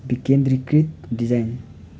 विकेन्द्रीकृत design